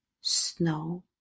snow